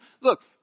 Look